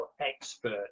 expert